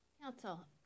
Council